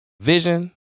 Vision